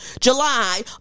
July